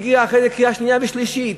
והגיע אחרי זה לקריאה שנייה ושלישית